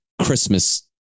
Christmas